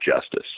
justice